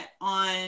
on